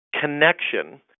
connection